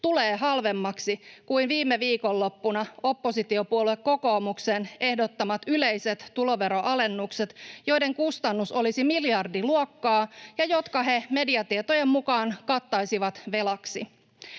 tulee halvemmaksi kuin viime viikonloppuna oppositiopuolue kokoomuksen ehdottamat yleiset tuloveron alennukset, joiden kustannus olisi miljardiluokkaa ja jotka he mediatietojen mukaan kattaisivat velaksi.